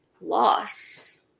loss